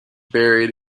buried